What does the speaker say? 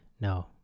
No